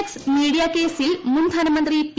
X media കേസിൽ മുൻ ധനമന്ത്രി പി